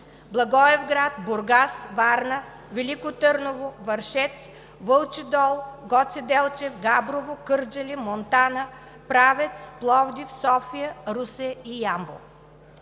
Благоевград, Бургас, Варна, Велико Търново, Вършец, Вълчи дол, Гоце Делчев, Габрово, Кърджали, Монтана, Правец, Пловдив, София, Русе и Ямбол.